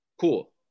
Cool